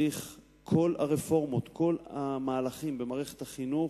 כל הרפורמות, כל המהלכים במערכת החינוך,